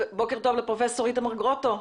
בוקר טוב לפרופסור איתמר גרוטו,